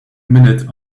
minute